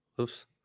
Oops